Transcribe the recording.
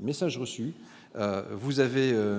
Message reçu,